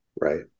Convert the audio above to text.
Right